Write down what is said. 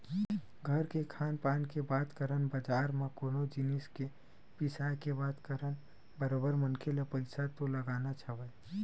घर के खान पान के बात करन बजार म कोनो जिनिस के बिसाय के बात करन बरोबर मनखे ल पइसा तो लगानाच हवय